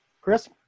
Chris